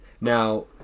now